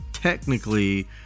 Technically